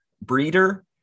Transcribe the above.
Breeder